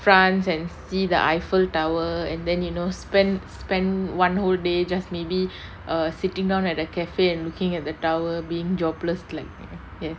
france and see the eiffel tower and then you know spend spend one whole day just maybe err sitting down at a cafe and looking at the tower being jobless like yes